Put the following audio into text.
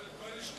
לא, יש,